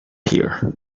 here